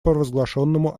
провозглашенному